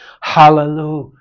hallelujah